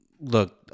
look